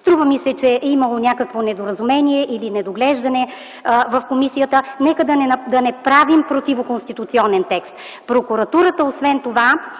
Струва ми се, че е имало някакво недоразумение или недоглеждане в комисията. Нека да не правим противоконституционен текст. Освен това прокуратурата